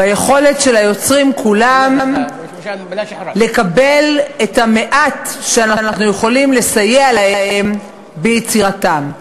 ביכולת של היוצרים כולם לקבל את המעט שאנחנו יכולים לסייע להם ביצירתם.